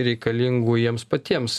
reikalingų jiems patiems